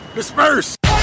Disperse